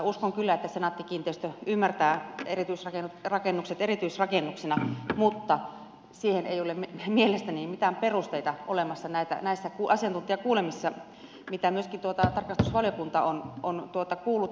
uskon kyllä että senaatti kiinteistöt ymmärtää erityisrakennukset erityisrakennuksina mutta siihen ei ole mielestäni mitään perusteita olemassa näissä asiantuntijakuulemisissa mitä myöskin tarkastusvaliokunta on kuullut